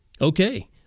Okay